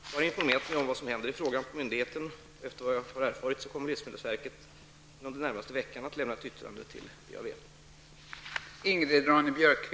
Jag har informerat mig om vad som händer i frågan på myndigheten, och efter vad jag erfarit kommer livsmedelsverket inom den närmaste veckan att lämna ett yttrande till VAV.